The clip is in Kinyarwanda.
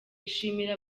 ishimira